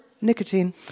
nicotine